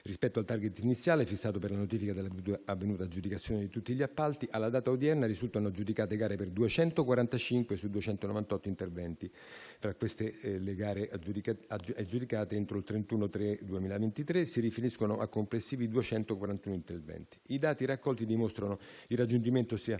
Quanto al *target* iniziale fissato per la notifica dell'avvenuta aggiudicazione di tutti gli appalti, alla data odierna risultano aggiudicate gare per 245 su 298 interventi; tra queste, le gare aggiudicate entro il 31 marzo 2023 si riferiscono a complessivi 241 interventi. I dati raccolti dimostrano il raggiungimento sia